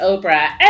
Oprah